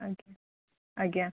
ଆଜ୍ଞା ଆଜ୍ଞା